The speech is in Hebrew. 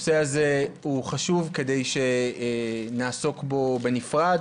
הנושא הזה הוא חשוב כדי שנעסוק בו בנפרד,